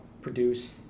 produce